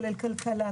כולל כלכלה,